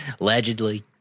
Allegedly